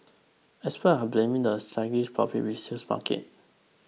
experts are blaming the sluggish public resales market